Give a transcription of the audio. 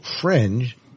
Fringe